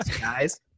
guys